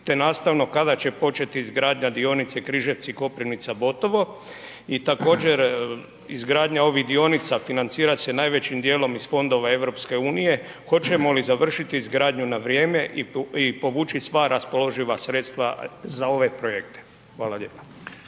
te nastavno kada će početi izgradnja dionice Križevci – Koprivnica – Botovo i također izgradnja ovih dionica financira se najvećim dijelom iz fondova EU, hoćemo li završiti izgradnju na vrijeme i povuči sva raspoloživa sredstva za ove projekte? Hvala lijepa.